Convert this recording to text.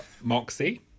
Moxie